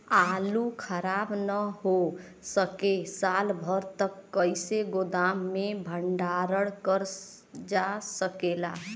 आलू खराब न हो सके साल भर तक कइसे गोदाम मे भण्डारण कर जा सकेला?